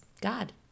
God